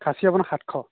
খাচী আপোনাৰ সাতশ